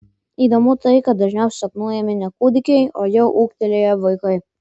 įdomu tai kad dažniausiai sapnuojami ne kūdikiai o jau ūgtelėję vaikai